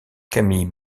camille